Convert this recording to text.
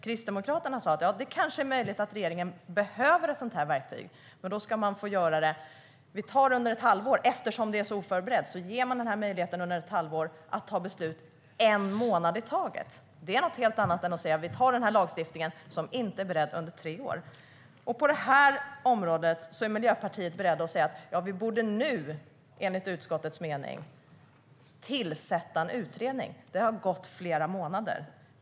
Kristdemokraterna medgav att regeringen kanske behövde ett sådant verktyg men eftersom det var så oförberett skulle denna möjlighet ges en månad i taget under ett halvår. Det är något annat än att anta en lagstiftning i tre år som inte är beredd. Men på det område vi nu debatterar är Miljöpartiet berett att säga att det nu, enligt utskottets mening, borde tillsättas en utredning. Det har gått flera månader.